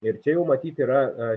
ir čia jau matyt yra